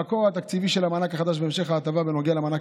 המקור התקציבי של המענק החדש והמשך ההטבה בנוגע למענק